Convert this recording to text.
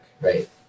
Right